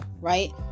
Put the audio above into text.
right